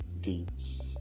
deeds